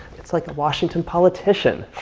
it's like washington politician.